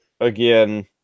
again